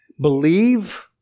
Believe